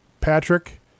Patrick